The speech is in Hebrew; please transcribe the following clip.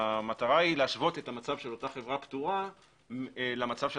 המטרה היא להשוות את המצב של אותה חברה פטורה למצב של